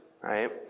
right